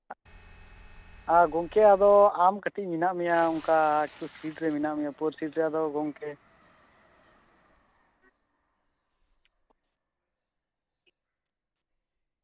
ᱟᱨ ᱜᱚᱝᱠᱮ ᱟᱫᱚ ᱟᱢ ᱠᱟᱹᱴᱤᱡ ᱢᱮᱱᱟᱜ ᱢᱮᱭᱟ ᱚᱝᱠᱟ ᱮᱠᱴᱩ ᱥᱤᱴ ᱨᱮ ᱢᱮᱱᱟᱜ ᱢᱮᱭᱟ ᱯᱳᱥᱴ ᱥᱤᱴ ᱨᱮ ᱟᱫᱚ ᱜᱚᱝᱠᱮ